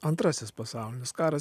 antrasis pasaulinis karas